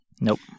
Nope